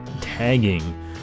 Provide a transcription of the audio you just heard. tagging